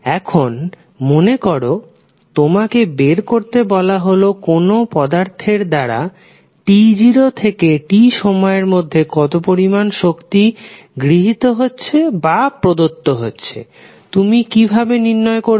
এখন মনে করো তোমাকে বের করতে বলা হলো কোন পদার্থের দ্বারা t0 থেকে t সময়ের মধ্যে কত পরিমাণ শক্তি গৃহীত হচ্ছে বা প্রদত্ত হচ্ছে তুমি কি ভাবে নির্ণয় করবে